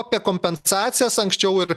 apie kompensacijas anksčiau ir